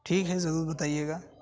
ٹھیک ہے ضرور بتائیے گا